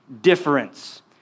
difference